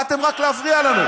באתם רק להפריע לנו.